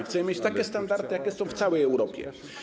Chcemy mieć takie standardy, jakie są w całej Europie.